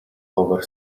over